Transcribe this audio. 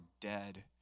dead